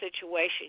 situation